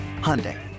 Hyundai